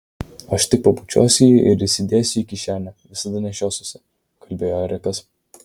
aš tik pabučiuosiu jį ir įsidėsiu į kišenę visada nešiosiuosi kalbėjo erikas